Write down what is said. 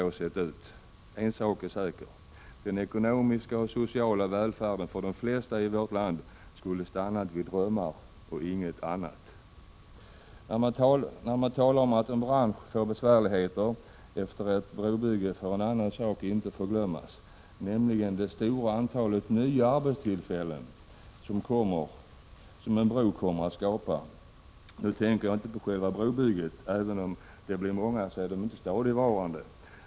En sak är säker. Den ekonomiska och sociala välfärden skulle för de flesta i vårt land ha stannat vid drömmar och inget annat! När man talar om att en bransch får besvärligheter efter ett brobygge får en annan sak inte förglömmas, nämligen det stora antal nya arbetstillfällen som = Prot. 1986/87:49 en bro kommer att skapa. Nu tänker jag inte på de jobb som aktualiseras i 15 december 1986 samband med själva brobygget. Även om de blir många så är de inte. od ER stadigvarande.